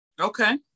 Okay